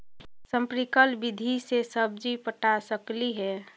Sprinkle विधि से सब्जी पटा सकली हे?